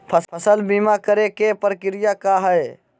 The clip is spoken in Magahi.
फसल बीमा करे के प्रक्रिया का हई?